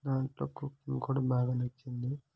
దాంట్లో కుకింగ్ కూడా బాగా నచ్చింది